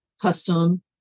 custom